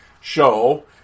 show